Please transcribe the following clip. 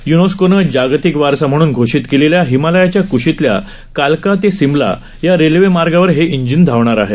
यूनेस्कोनं जागतिक वारसा म्हणून घोषित केलेल्या हिमालयाच्या क्शीतल्या कालका ते सिमला या रेल्वे मार्गावर हे इंजिन धावणार आहे